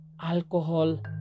alcohol